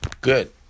Good